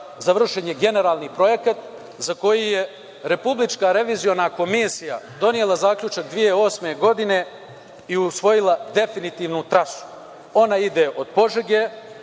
završen je generalni projekat za koji je Republička reviziona komisija donela zaključak 2008. godine i usvojila definitivnu trasu. Ona ide od Požege,